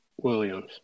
Williams